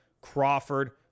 Crawford